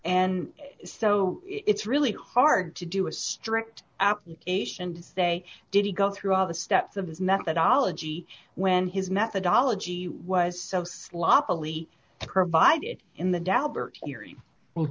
and so it's really hard to do a strict application to say did he go through all the steps of his methodology when his methodology was so slop